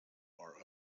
are